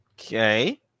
Okay